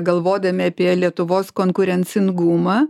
galvodami apie lietuvos konkurencingumą